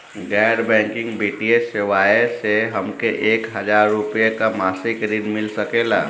गैर बैंकिंग वित्तीय सेवाएं से हमके एक हज़ार रुपया क मासिक ऋण मिल सकेला?